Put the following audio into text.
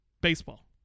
Baseball